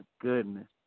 goodness